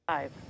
Five